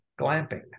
glamping